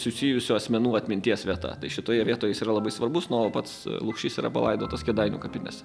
susijusių asmenų atminties vieta šitoje vietoj jis yra labai svarbus nu o pats lukšys yra palaidotas kėdainių kapinėse